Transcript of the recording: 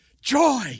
Joy